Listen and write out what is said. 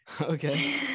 Okay